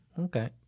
Okay